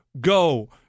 go